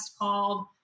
called